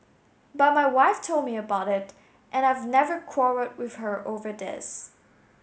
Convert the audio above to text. but my wife told me about it and I've never quarrelled with her over this